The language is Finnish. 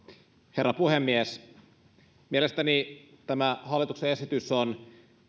herra puhemies mielestäni tämä hallituksen esitys on